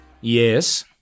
yes